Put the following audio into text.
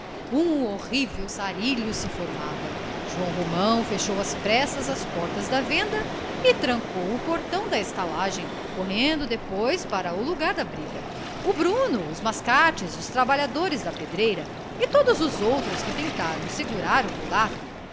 se percebia um horrível sarilho se formava joão romão fechou às pressas as portas da venda e trancou o portão da estalagem correndo depois para o lugar da briga o bruno os mascates os trabalhadores da pedreira e todos os outros que tentaram segurar o mulato